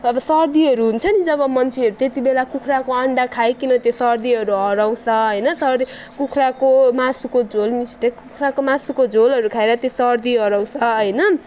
अब सर्दीहरू हुन्छ नि जब मान्छेहरू त्यति बेला कुखुराको अन्डा खाइकन त्यो सर्दीहरू हराउँछ होइन सर्दी कुखुराको मासुको झोल मिस्टेक कुखुराको मासुको झोलहरू खाएर त्यो सर्दी हराउँछ होइन